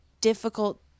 difficult